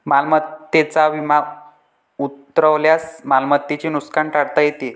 मालमत्तेचा विमा उतरवल्यास मालमत्तेचे नुकसान टाळता येते